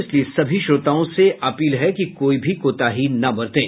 इसलिए सभी श्रोताओं से अपील है कि कोई भी कोताही न बरतें